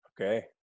Okay